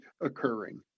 occurring